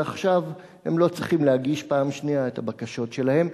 ועכשיו הם לא צריכים להגיש פעם שנייה את הבקשות שלהם.